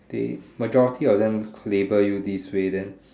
they majority of them label you this way then